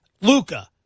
Luca